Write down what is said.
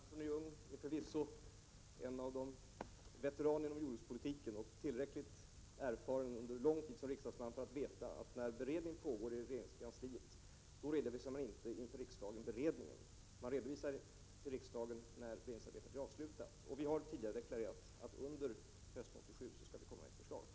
Herr talman! Arne Andersson i Ljung är förvisso en av veteranerna inom jordbrukspolitiken och är efter att ha varit riksdagsman under lång tid tillräckligt erfaren för att veta, att när beredning pågår i regeringskansliet redovisas inte beredningen inför riksdagen, utan det sker när beredningsarbetet är avslutat. Regeringen har tidigare deklarerat att det skall komma ett förslag under hösten 1987.